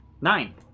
Nine